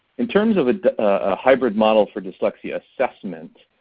in terms of a ah hybrid model for dyslexia assessment,